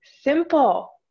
simple